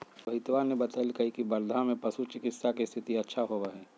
रोहितवा ने बतल कई की वर्धा में पशु चिकित्सा के स्थिति अच्छा होबा हई